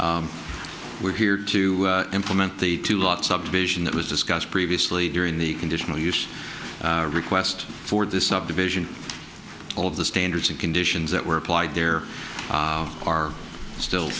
sits we're here to implement the two lot subdivision that was discussed previously during the conditional use request for this subdivision all of the standards and conditions that were applied there are still